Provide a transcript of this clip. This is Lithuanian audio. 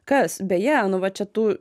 kas beje nu va čia tų